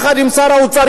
יחד עם שר האוצר,